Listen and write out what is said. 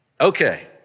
Okay